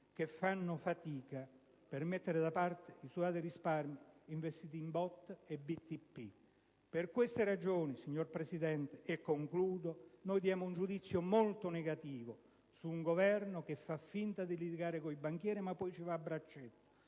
che fanno fatica per mettere da parte i sudati risparmi investiti in BOT e BTP. Per queste ragioni, signor Presidente, diamo un giudizio molto negativo su un Governo che fa finta di litigare con i banchieri ma poi ci va a braccetto;